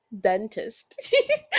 Dentist